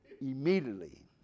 Immediately